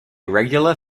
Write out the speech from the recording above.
regular